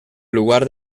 lugar